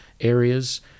areas